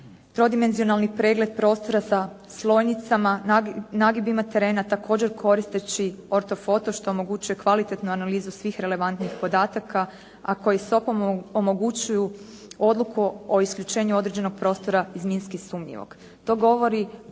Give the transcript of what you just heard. trodimenzionalni pregled prostora sa slojnicama, nagibima terena, također koristeći orto foto što omogućuje kvalitetnu analizu svih relevantnih podataka, a koji …/Govornica se ne razumije./… omogućuju odluku o isključenju određenog prostora iz minski sumnjivog.